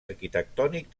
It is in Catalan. arquitectònic